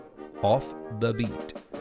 offthebeat